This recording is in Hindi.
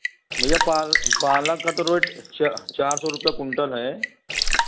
भैया पाल पालक का तो रोइट च चार सौ रुपये कुंटल है